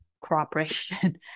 cooperation